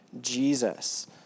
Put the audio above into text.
Jesus